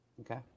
Okay